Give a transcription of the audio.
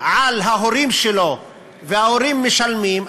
על ההורים שלו וההורים משלמים,